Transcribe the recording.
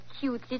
cute